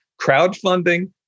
crowdfunding